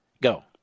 Go